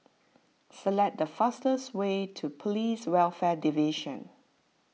select the fastest way to Police Welfare Division